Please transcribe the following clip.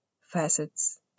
facets